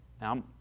Now